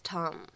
Tom